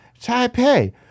Taipei